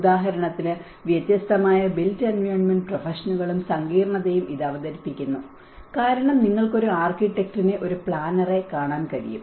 ഉദാഹരണത്തിന് വ്യത്യസ്തമായ built environment പ്രൊഫഷനുകളും സങ്കീർണ്ണതയും ഇത് അവതരിപ്പിക്കുന്നു കാരണം നിങ്ങൾക്ക് ഒരു ആർക്കിടെക്റ്റിനെ ഒരു പ്ലാനറെ കാണാൻ കഴിയും